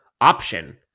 option